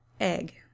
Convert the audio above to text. egg